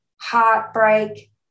heartbreak